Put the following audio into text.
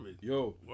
Yo